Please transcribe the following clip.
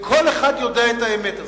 וכל אחד יודע את האמת הזאת.